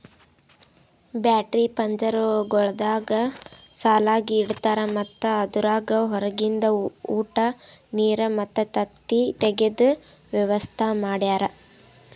battery ಪಂಜರಗೊಳ್ದಾಗ್ ಸಾಲಾಗಿ ಇಡ್ತಾರ್ ಮತ್ತ ಅದುರಾಗ್ ಹೊರಗಿಂದ ಉಟ, ನೀರ್ ಮತ್ತ ತತ್ತಿ ತೆಗೆದ ವ್ಯವಸ್ತಾ ಮಾಡ್ಯಾರ